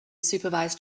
supervise